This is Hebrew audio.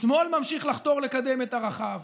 השמאל ממשיך לחתור לקדם את ערכיו,